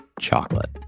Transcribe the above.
chocolate